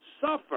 suffer